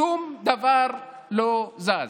שום דבר לא זז.